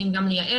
לייעל,